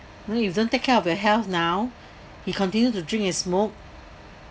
you know you don't take care of your health now he continue to drink and smoke